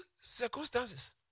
circumstances